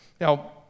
Now